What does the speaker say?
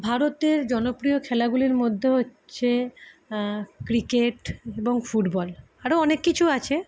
ভারতের জনপ্রিয় খেলাগুলির মধ্যে হচ্ছে ক্রিকেট এবং ফুটবল আরো অনেক কিছু আছে